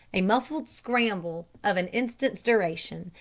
a muffled scramble of an instant's duration,